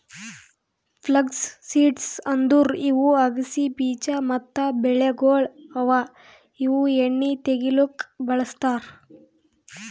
flux seeds ಅಂದುರ್ ಇವು ಅಗಸಿ ಬೀಜ ಮತ್ತ ಬೆಳೆಗೊಳ್ ಅವಾ ಇವು ಎಣ್ಣಿ ತೆಗಿಲುಕ್ ಬಳ್ಸತಾರ್